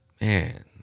Man